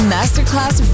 Masterclass